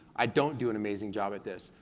i don't do an amazing job at this.